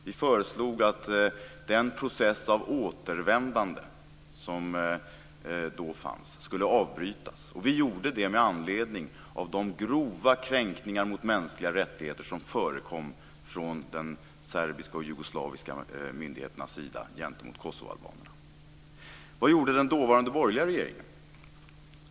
Vi föreslog att den process av återvändande som då fanns skulle avbrytas, och vi gjorde det med anledning av de grova kränkningar av mänskliga rättigheter som förekom från de serbiska och jugoslaviska myndigheternas sida gentemot kosovoalbanerna.